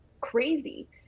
crazy